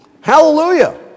Hallelujah